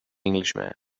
englishman